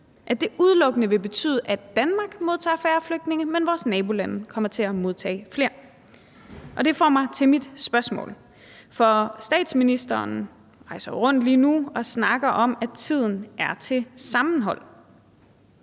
at det udelukkende vil betyde, at Danmark vil modtage færre flygtninge, mens vores nabolande kommer til at modtage flere. Det bringer mig frem til mit spørgsmål. Statsministeren rejser rundt lige nu og snakker om, at tiden er til sammenhold,